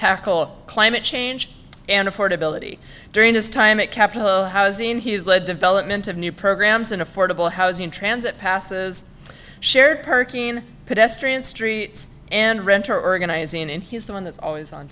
tackle climate change and affordability during his time at capitol housing he is lead development of new programs and affordable housing transit passes shared perking pedestrian streets and renter organizing and he's the one that's always on